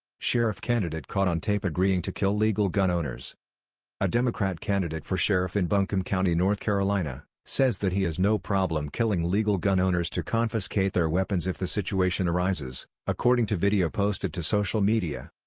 sheriff candidate caught on tape agreeing to kill legal gun owners a democrat candidate for sheriff in buncombe county, north carolina, says that he has no problem killing legal gun owners to confiscate their weapons if the situation arises, according to video posted to social media.